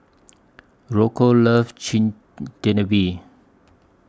Rocco loves Chigenabe